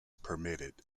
permitted